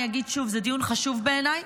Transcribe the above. אני אגיד שוב שזה דיון חשוב בעיניי,